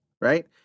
right